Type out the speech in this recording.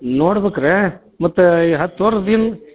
ನೋಡ್ಬೇಕು ರಿ ಮತ್ತು ಈ ಹತ್ತು ವರ್ಷ್ದ ಹಿಂದೆ